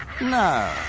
No